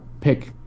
pick